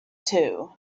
two